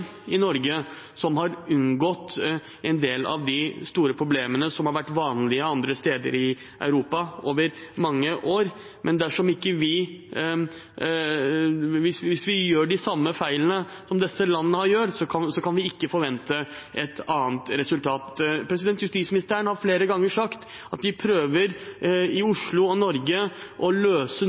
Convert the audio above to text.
i Norge som har unngått en del av de store problemene som har vært vanlige andre steder i Europa over mange år, men hvis vi gjør de samme feilene som disse landene gjør, kan vi ikke forvente et annet resultat. Justisministeren har flere ganger sagt at de prøver i Oslo og Norge å løse